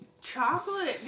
Chocolate